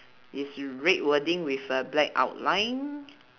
is red wording with a black outline